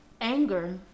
Anger